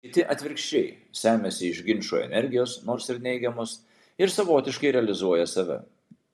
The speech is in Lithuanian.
kiti atvirkščiai semiasi iš ginčų energijos nors ir neigiamos ir savotiškai realizuoja save